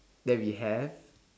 that we have